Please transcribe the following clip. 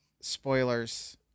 spoilers